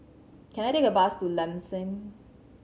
can I take a bus to Lam San